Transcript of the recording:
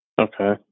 Okay